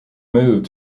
moved